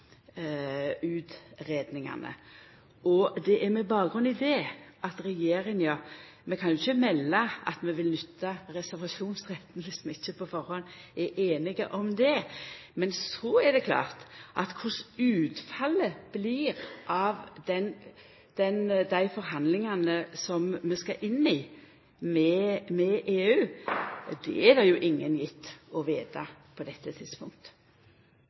er bakgrunnen. Regjeringa kan ikkje melda at vi vil nytta reservasjonsretten om vi ikkje på førehand er einige om det. Men så er det klart at korleis utfallet blir av dei forhandlingane vi skal inn i med EU, er det ingen gjeve å veta på dette